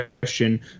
question